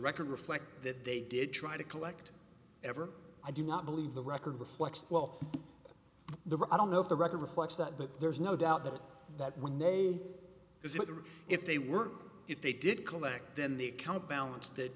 record reflect that they did try to collect ever i do not believe the record reflects well the i don't know if the record reflects that but there's no doubt that that when they visit or if they were if they did collect then the account balance that